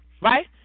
right